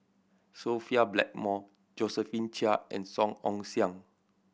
Sophia Blackmore Josephine Chia and Song Ong Siang